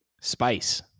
spice